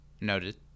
noted